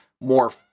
more